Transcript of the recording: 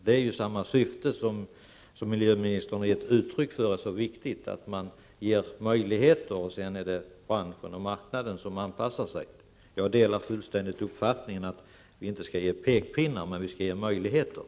Den har ju samma syfte som miljöministern har gett uttryck för är så viktigt, nämligen att man ger möjligheter, och sedan är det branschen och marknaden som anpassar sig. Jag delar fullständigt den uppfattningen att vi inte skall ge pekpinnar, men vi skall ge möjligheter.